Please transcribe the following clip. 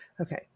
okay